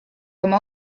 oma